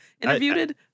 Interviewed